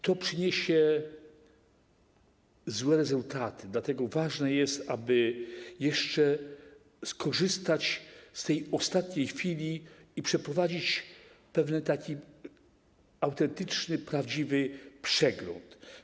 To przyniesie złe rezultaty, dlatego ważne jest, aby jeszcze skorzystać z ostatniej chwili i przeprowadzić pewien autentyczny, prawdziwy przegląd.